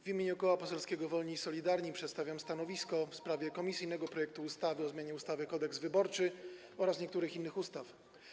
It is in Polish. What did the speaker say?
W imieniu Koła Poselskiego Wolni i Solidarni przedstawiam stanowisko w sprawie komisyjnego projektu ustawy o zmianie ustawy Kodeks wyborczy oraz niektórych innych ustaw.